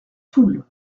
toul